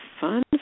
fun